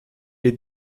les